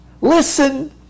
Listen